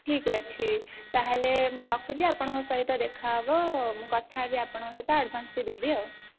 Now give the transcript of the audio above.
ଠିକ୍ ଅଛି ତାହେଲେ ମୁଁ ରଖୁଛି ଆପଣଙ୍କ ସହିତ ଦେଖାହେବ ମୁଁ କଥା ହେବି ଆପଣଙ୍କ ସହିତ ଆଡ଼ଭାନ୍ସ ବି ଦେବି ଆଉ